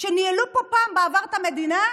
שניהלו פה פעם בעבר את המדינה.